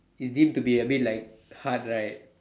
it deemed to be a bit like hard right